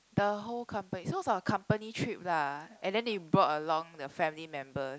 the whole company so it's on a company trip lah and then they brought along the family members